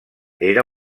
era